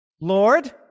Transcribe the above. Lord